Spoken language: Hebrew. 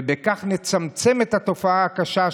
ובכך נצמצם את התופעה הקשה,